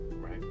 Right